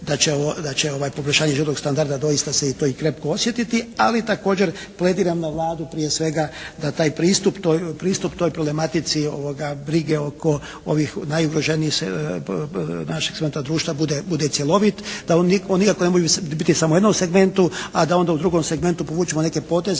da će poboljšanje životnog standarda doista se to i krepko osjetiti, ali također plediram na Vladu prije svega da taj pristup toj problematici brige oko ovih najugroženijih naših segmenata društva bude cjelovit, da oni nikako ne mogu biti u samo jednom segmentu, a da onda u drugom segmentu povučemo neke poteze